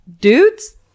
dudes